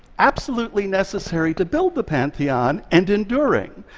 absolutely necessary to build the pantheon, and enduring,